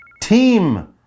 team